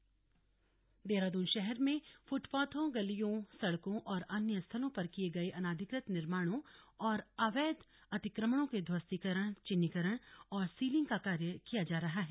अतिक्रमण देहरादून देहरादून शहर में फुटपाथों गलियों सड़कों और अन्य स्थलों पर किये गये अनाधिकृत निर्माणों और अवैध अतिक्रमणों के ध्वस्तीकरण चिन्हीकरण और सीलिंग का कार्य किया जा रहा है